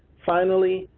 finally,